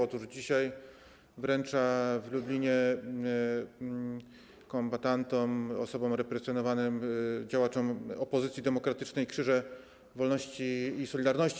Otóż dzisiaj wręcza w Lublinie kombatantom, osobom represjonowanym, działaczom opozycji demokratycznej Krzyże Wolności i Solidarności.